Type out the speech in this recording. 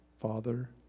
Father